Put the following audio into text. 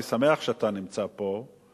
אני שמח שאתה נמצא פה,